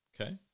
Okay